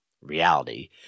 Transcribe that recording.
reality